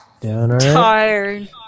Tired